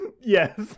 Yes